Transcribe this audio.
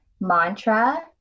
mantra